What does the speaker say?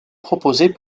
proposée